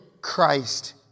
Christ